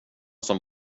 som